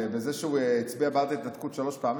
בזה שהוא הצביע בעד ההתנתקות שלוש פעמים?